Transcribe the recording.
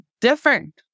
different